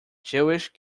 jewish